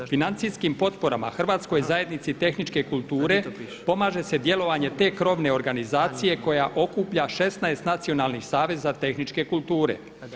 Financijskim potporama Hrvatskoj zajednici tehničke kulture pomaže se djelovanje te krovne organizacije koja okuplja 16 nacionalnih saveza tehničke kulture.